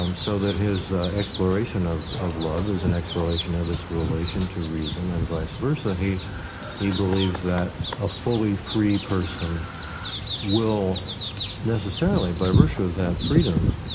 um so that his exploration of of love is an exploration of its relation to reason and vice versa. he he believes that a fully free person will necessarily, by virtue of that freedom,